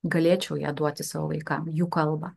galėčiau ją duoti savo vaikam jų kalbą